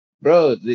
bro